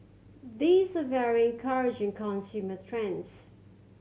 these very encouraging consumers trends